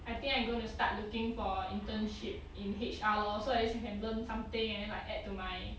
I think I'm going to start looking for internship in H_R lor so at least you can learn something and then like add to my